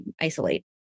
isolate